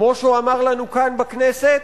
כמו שהוא אמר לנו כאן בכנסת,